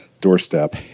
doorstep